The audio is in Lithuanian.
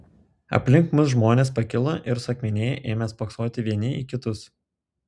aplink mus žmonės pakilo ir suakmenėję ėmė spoksoti vieni į kitus